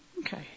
Okay